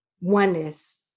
oneness